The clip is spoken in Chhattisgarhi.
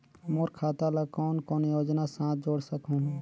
मोर खाता ला कौन कौन योजना साथ जोड़ सकहुं?